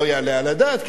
לא יעלה על הדעת,